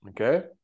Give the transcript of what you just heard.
Okay